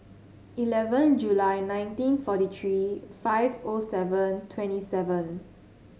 eleven July nineteen forty three five O seven twenty seven